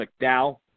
McDowell